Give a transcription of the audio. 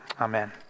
Amen